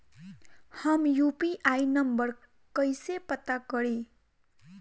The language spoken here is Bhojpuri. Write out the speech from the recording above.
हम यू.पी.आई नंबर कइसे पता करी?